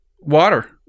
water